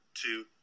Two